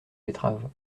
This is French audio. betteraves